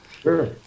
Sure